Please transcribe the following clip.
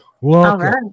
Welcome